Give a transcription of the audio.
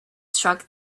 struck